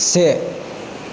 से